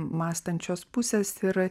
mąstančios pusėsir